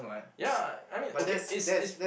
ya I mean okay is is